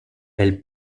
elle